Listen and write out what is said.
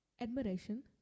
admiration